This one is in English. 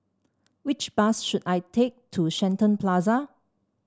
which bus should I take to Shenton Plaza